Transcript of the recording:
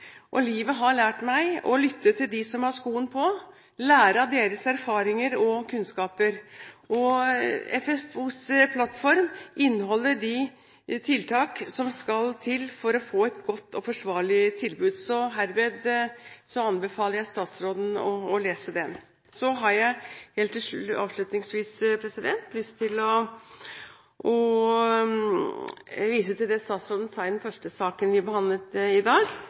der. Livet har lært meg å lytte til dem som har skoen på, lære av deres erfaringer og kunnskaper. FFOs plattform inneholder de tiltak som skal til for å få et godt og forsvarlig tilbud. Herved anbefaler jeg statsråden å lese den. Så har jeg avslutningsvis lyst til å vise til det statsråden sa i den første saken vi behandlet i dag,